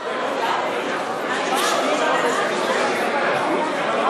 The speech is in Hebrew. מה קורה?